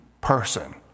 person